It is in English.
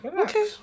okay